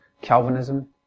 Calvinism